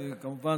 כמובן,